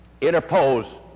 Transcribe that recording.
interpose